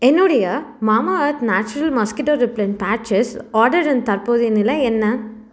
என்னுடைய Mamaearth natural mosquito repellent patches ஆர்டரின் தற்போதைய நிலை என்ன